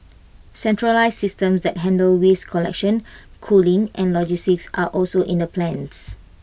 centralised systems that handle waste collection cooling and logistics are also in the plans